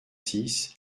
six